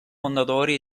mondadori